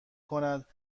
کند